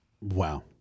Wow